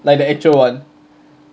like the actual one